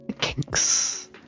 kinks